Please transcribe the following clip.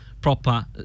proper